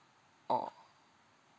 orh